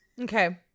Okay